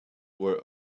were